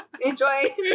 Enjoy